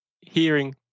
hearing